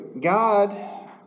God